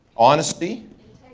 honesty.